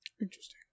interesting